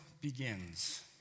begins